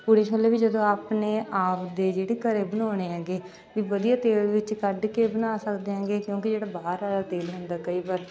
ਪੂਰੀ ਛੋਲੇ ਵੀ ਜਦੋਂ ਆਪਣੇ ਆਪ ਦੇ ਜਿਹੜੇ ਘਰੇ ਬਣਾਉਣੇ ਹੈਗੇ ਵੀ ਵਧੀਆ ਤੇਲ ਵਿੱਚ ਕੱਢ ਕੇ ਬਣਾ ਸਕਦੇ ਹੈਗੇ ਕਿਉਂਕਿ ਜਿਹੜਾ ਬਾਹਰ ਵਾਲਾ ਤੇਲ ਹੁੰਦਾ ਕਈ ਵਾਰ